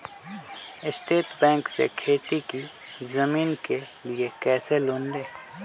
State bank से खेती की जमीन के लिए कैसे लोन ले?